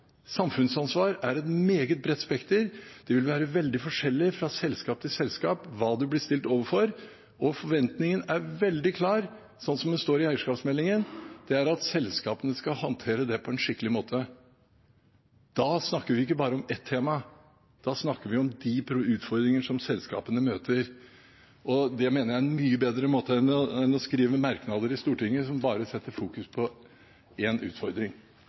Samfunnsansvar er et meget bredt spekter. Det vil være veldig forskjellig fra selskap til selskap hva de blir stilt overfor, og forventningen er veldig klar, slik det står i eierskapsmeldingen, og det er at selskapene skal håndtere det på en skikkelig måte. Da snakker vi ikke bare om ett tema. Da snakker vi om de utfordringer selskapene møter, og det mener jeg er mye bedre enn å skrive merknader i Stortinget som bare fokuserer på én utfordring.